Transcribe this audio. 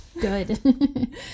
good